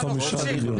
5 מיליון.